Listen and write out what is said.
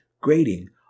Grading